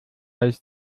ist